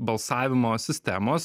balsavimo sistemos